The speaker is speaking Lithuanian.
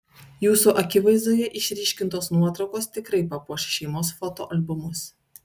jūsų akivaizdoje išryškintos nuotraukos tikrai papuoš šeimos fotoalbumus